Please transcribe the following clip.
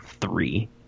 three